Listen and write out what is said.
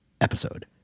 episode